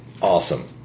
Awesome